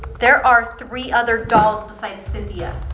there are three other dolls besides cynthia.